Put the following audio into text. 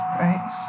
right